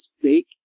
fake